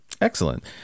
Excellent